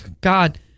God